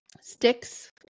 sticks